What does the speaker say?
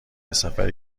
سفری